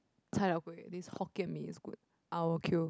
cai-tao-kway this Hokkien Mee is good I will queue